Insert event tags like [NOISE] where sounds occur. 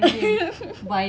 [LAUGHS]